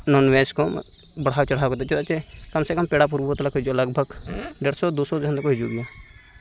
ᱱᱚᱱᱼᱵᱷᱮᱡᱽᱠᱚ ᱵᱟᱦᱟᱣ ᱪᱟᱲᱦᱟᱣ ᱠᱟᱛᱮᱫ ᱪᱮᱫᱟᱜ ᱪᱮ ᱠᱚᱢᱥᱮ ᱠᱚᱢ ᱯᱮᱲᱟᱼᱯᱩᱨᱵᱩ ᱛᱟᱞᱮᱠᱚ ᱦᱤᱡᱩᱜᱼᱟ ᱞᱚᱜᱽᱵᱷᱟᱜᱽ ᱫᱮᱲᱥᱚᱼᱫᱩᱥᱚ ᱡᱚᱱᱫᱚᱠᱚ ᱦᱤᱡᱩᱜ ᱜᱮᱭᱟ